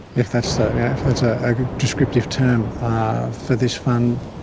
if that's so yeah if that's a descriptive term for this fund,